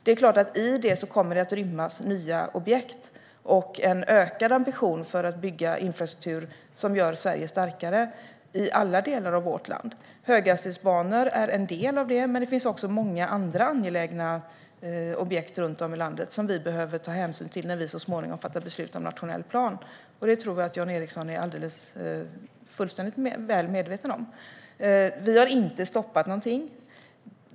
Det är klart att i detta kommer det att rymmas nya objekt och en ökad ambition för att bygga infrastruktur som gör Sverige starkare i alla delar av vårt land. Höghastighetsbanor är en del av det, men det finns också många andra angelägna objekt runt om i landet som vi behöver ta hänsyn till när vi så småningom fattar beslut om nationell plan. Det tror jag att Jan Ericson är väl medveten om. Vi har inte stoppat någonting.